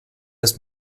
erst